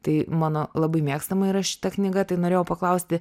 tai mano labai mėgstama yra šita knyga tai norėjau paklausti